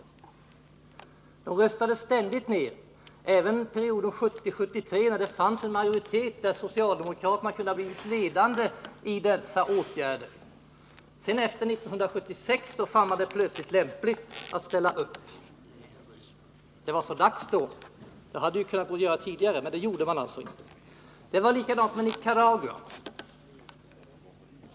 Våra förslag röstades ständigt ned — även under perioden 1970-1973, när det fanns en socialistisk majoritet och då socialdemokraterna kunde ha blivit ledande i dessa åtgärder. Efter 1976 fann socialdemokraterna det plötsligt lämpligt att ställa upp. Det var så dags då. Det kunde socialdemokraterna ha gjort tidigare, men det gjorde de inte. Likadant var det med Nicaragua.